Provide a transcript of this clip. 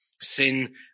Sin